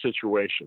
situation